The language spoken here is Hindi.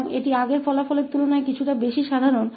तो यह पहले के परिणाम की तुलना में थोड़ा अधिक सामान्य है